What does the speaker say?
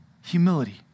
Humility